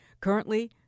Currently